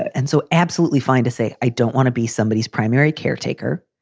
and so absolutely fine to say i don't want to be somebodies primary caretaker.